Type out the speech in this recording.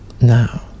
now